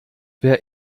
wer